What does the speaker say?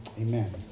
amen